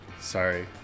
Sorry